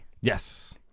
Yes